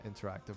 interactive